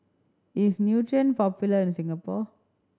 is Nutren popular in Singapore